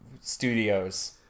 Studios